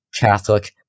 Catholic